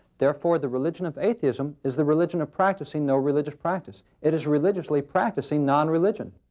therefore, the religion of atheism is the religion of practicing no religious practice. it is religiously practicing non-religion.